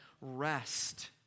rest